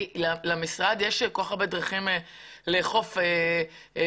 למשרד יש כל כך הרבה דרכים לאכוף ולדרוש